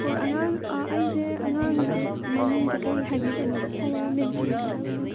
ꯍꯣꯏ ꯑꯉꯥꯡ ꯑꯩꯁꯦ ꯑꯉꯥꯡꯁꯦ ꯃꯃꯤꯡꯁꯦ ꯀꯔꯤ ꯍꯥꯏꯕꯤꯕꯅꯣꯕ ꯐꯣꯝ ꯑꯃ ꯃꯦꯟꯁꯤꯟꯒꯗꯕꯅꯦꯕ